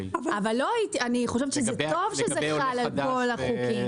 אבל אני חושבת שזה טוב שזה חל על כל החוקים